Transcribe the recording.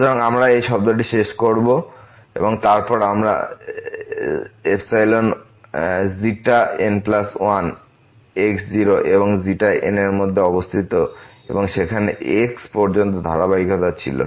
সুতরাং আমরা এই শব্দটি শেষ করব এবং তারপর এখানে n1 x0 এবং n এর মধ্যে অবস্থিত এবং সেখানে x পর্যন্ত ধারাবাহিকতা ছিল